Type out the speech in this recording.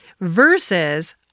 versus